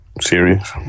serious